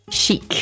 chic